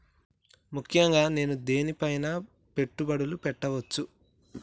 ముఖ్యంగా నేను దేని పైనా పెట్టుబడులు పెట్టవచ్చు?